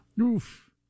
Oof